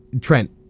Trent